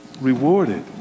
rewarded